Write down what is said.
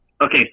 Okay